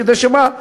כדי שמה?